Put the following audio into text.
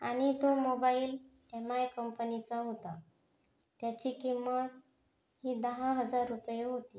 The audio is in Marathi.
आणि तो मोबाईल एम आय कंपनीचा होता त्याची किंमतही दहा हजार रुपये होती